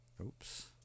Oops